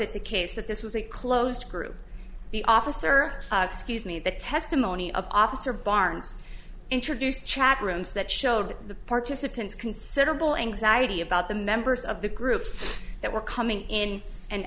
it the case that this was a closed group the officer excuse me the testimony of officer barnes introduced chat rooms that showed the participants considerable anxiety about the members of the groups that were coming in and